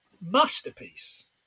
Masterpiece